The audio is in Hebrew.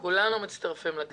כולנו מצטרפים לקריאה.